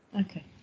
Okay